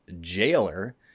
Jailer